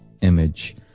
image